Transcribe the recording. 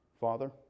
father